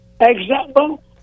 Example